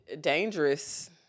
Dangerous